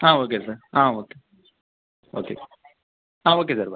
ஆ okay sir ஆ okay okay ஆ okay sir பாய்